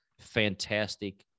fantastic